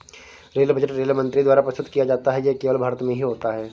rail budget rail मंत्री द्वारा प्रस्तुत किया जाता है ये केवल भारत में ही होता है